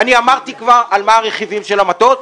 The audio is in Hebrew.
אמרתי כבר על מה הרכיבים של המטוס,